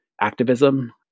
activism